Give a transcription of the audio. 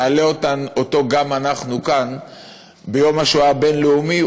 נעלה אותו גם אנחנו כאן ביום השואה הבין-לאומי,